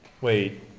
Wait